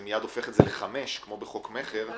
זה מייד הופך את זה לחמש, כמו בחוק מכר, אז מה?